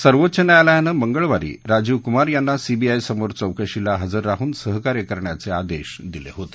सर्वोच्च न्यायालयानं मंगळवारी राजीव कुमार यांना सीबीआय समोर चौकशीला हजर राहून सहकार्य करण्याचं आदेश दिले होते